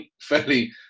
fairly